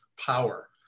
power